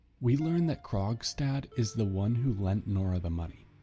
we learn that krogstad is the one who lent nora the money.